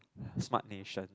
smart nation